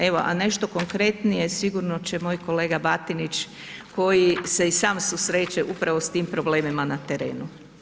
Evo, a nešto konkretnije sigurno će moj kolega Batinić, koji se i sam susreće upravo s tim problemima na terenu.